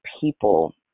people